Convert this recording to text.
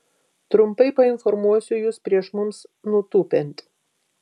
trumpai painformuosiu jus prieš mums nutūpiant